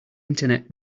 internet